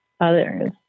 others